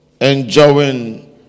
enjoying